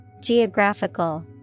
Geographical